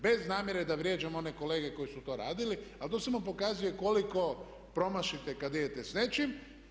Bez namjere da vrijeđam one kolege koji su to radili, a to samo pokazuje koliko promašite kad idete s nečim.